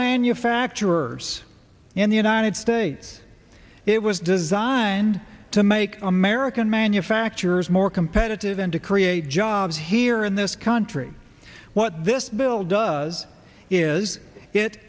manufacturers in the united states it was designed to make american manufacturers more competitive and to create jobs here in this country what this bill does is it